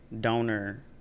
donor